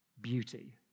beauty